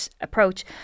approach